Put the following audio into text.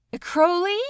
Crowley